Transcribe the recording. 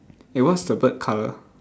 eh what's the bird colour